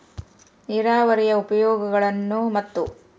ನೇರಾವರಿಯ ಉಪಯೋಗಗಳನ್ನು ಮತ್ತು?